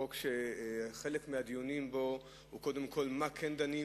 חוק שחלק מהדיונים בו הוא קודם כול מה כן דנים,